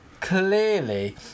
Clearly